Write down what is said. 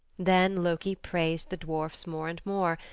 then loki praised the dwarfs more and more,